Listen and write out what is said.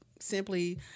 simply